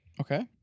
okay